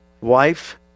Wife